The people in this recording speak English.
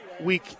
week